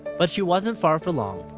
but she wasn't far for long.